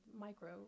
micro